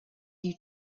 you